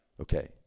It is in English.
Okay